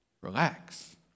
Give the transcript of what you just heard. relax